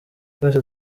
twese